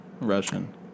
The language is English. Russian